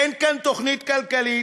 אין כאן תוכנית כלכלית.